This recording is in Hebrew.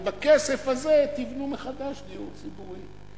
ובכסף הזה תבנו מחדש דיור ציבורי.